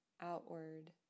outward